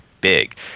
big